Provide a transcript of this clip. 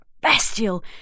bestial